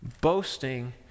boasting